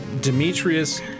Demetrius